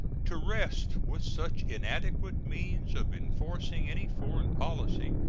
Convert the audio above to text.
to rest with such inadequate means of enforcing any foreign policy,